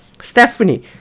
Stephanie